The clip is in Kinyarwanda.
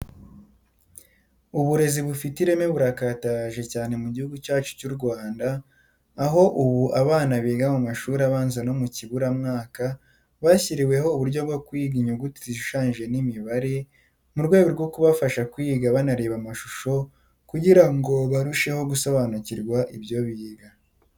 Uburezi bufite ireme burakataje cyane mu Gihugu cyacu cy'u Rwanda, aho ubu abana biga mu mashuri abanza no mu kiburamwaka bashyiriweho uburyo bwo kwiga inyuguti zishushanyije n'imibare mu rwego rwo kubafasha kwiga banareba amashusho kugira ngo barusheho gusobanukirwa ibyo biga.